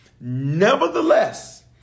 Nevertheless